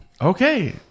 Okay